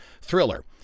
thriller